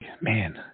man